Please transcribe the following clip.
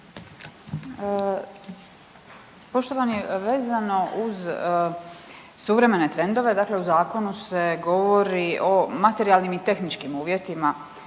Poštovani, vezano uz suvremene trendove dakle u zakonu se govori o materijalnim i tehničkim uvjetima